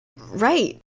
right